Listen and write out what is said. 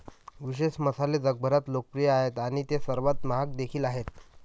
विशेष मसाले जगभरात लोकप्रिय आहेत आणि ते सर्वात महाग देखील आहेत